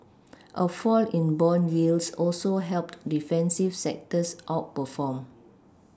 a fall in bond yields also helped defensive sectors outperform